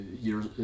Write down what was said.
years